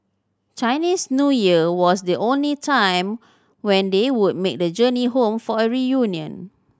Chinese New Year was the only time when they would make the journey home for a reunion